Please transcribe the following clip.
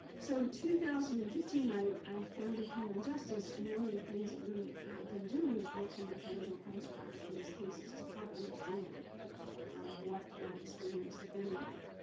so in two thousand and fifteen i i founded healing justice. and one of the things that we have been doing is working with original crime survivors from these cases to try to understand um what that experience had been like.